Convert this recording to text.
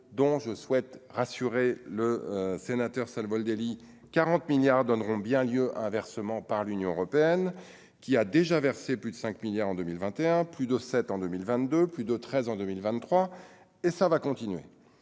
dont je souhaite rassurer le sénateur Savoldelli 40 milliards donneront bien lieu inversement par l'Union européenne, qui a déjà versé plus de 5 milliards en 2021 plus de 7 en 2022 plus de 13 en 2023 et ça va continuer,